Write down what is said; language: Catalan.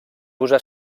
posà